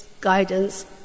guidance